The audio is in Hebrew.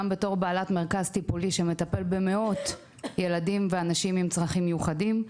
גם בתור בעלת מרכז טיפולי שמטפל במאות ילדים ואנשים עם צרכים מיוחדים,